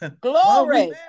Glory